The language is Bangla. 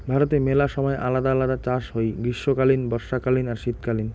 ভারতে মেলা সময় আলদা আলদা চাষ হই গ্রীষ্মকালীন, বর্ষাকালীন আর শীতকালীন